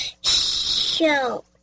Show